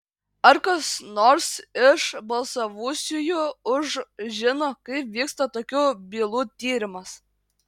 ar kas nors iš balsavusiųjų už žino kaip vyksta tokių bylų tyrimas